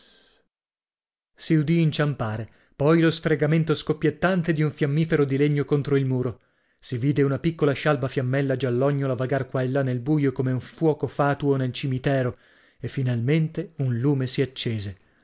udì inciampare poi lo sfregamento scoppiettante di un fiammifero di legno contro il muro si vide una piccola scialba fiammella giallognola vagar qua e là nel buio come un fuoco fatuo nel cimitero e finalmente un lume si accese